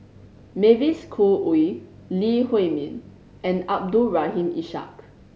Mavis Khoo Oei Lee Huei Min and Abdul Rahim Ishak